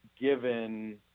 given